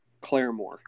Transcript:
Claremore